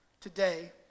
today